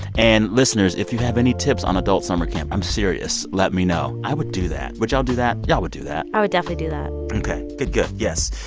and, listeners, if you have any tips on adult summer camp, i'm serious. let me know. i would do that. would y'all do that? y'all would do that i would definitely do that ok. good, good. yes.